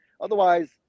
Otherwise